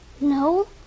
No